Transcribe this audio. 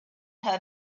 her